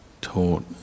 taught